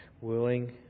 willing